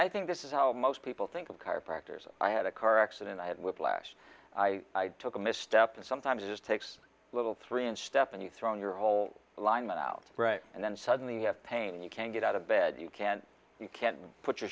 i think this is how most people think of chiropractors i had a car accident i had whiplash i took a misstep and sometimes it just takes a little three and step and you throw your whole alignment out right and then suddenly you have pain and you can't get out of bed you can't you can't put your